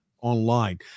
online